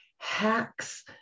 hacks